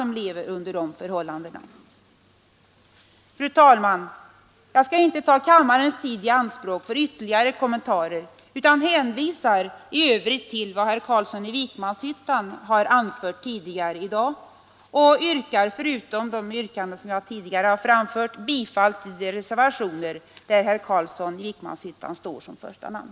Fru talman! Jag skall inte ta kammarens tid i anspråk för ytterligare kommentarer utan hänvisar i övrigt till vad herr Carlsson i Vikmanshyttan anfört tidigare i dag. Utöver de yrkanden jag tidigare har ställt yrkar jag bifall till de reservationer där herr Carlsson i Vikmanshyttan står som första namn.